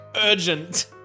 urgent